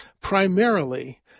primarily